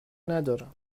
ندارم